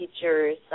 teachers